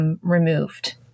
removed